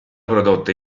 prodotta